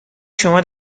شما